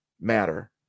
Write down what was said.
matter